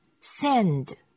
send